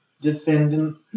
defendant